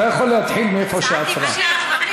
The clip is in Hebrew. אתה יכול להתחיל מאיפה שהיא עצרה.